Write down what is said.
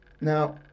now